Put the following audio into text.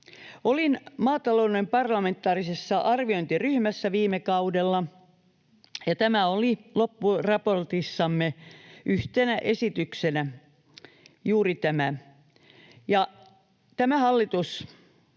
Olin maatalouden parlamentaarisessa arviointiryhmässä viime kaudella, ja loppuraportissamme yhtenä esityksenä oli